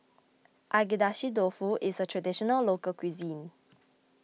Agedashi Dofu is a Traditional Local Cuisine